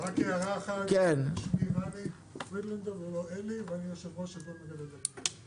רק הערה אחת, אני רני פרידלנדר, יו"ר מגדלי הדגים.